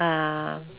uh